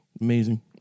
Amazing